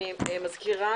אני מזכירה